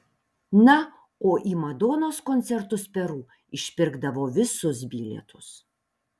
na o į madonos koncertus peru išpirkdavo visus bilietus